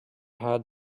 had